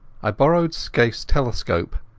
i borrowed scaifeas telescope,